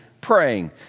praying